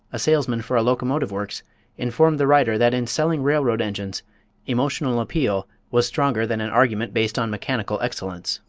a salesman for a locomotive works informed the writer that in selling railroad engines emotional appeal was stronger than an argument based on mechanical excellence.